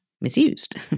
misused